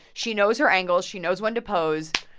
she knows her angles. she knows when to pose.